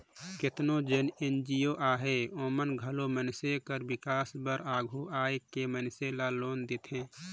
केतनो जेन एन.जी.ओ अहें ओमन घलो मइनसे कर बिकास बर आघु आए के मइनसे ल लोन देथे